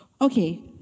Okay